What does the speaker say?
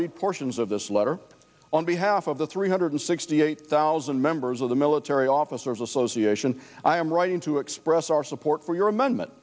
read portions of this letter on behalf of the three hundred sixty eight thousand members of the military officers association i am writing to express our support for your amendment